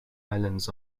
islands